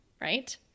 right